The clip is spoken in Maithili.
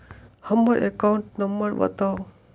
हम्मर एकाउंट नंबर बताऊ?